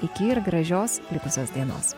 iki ir gražios likusios dienos